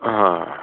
ਹਾਂ